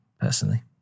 personally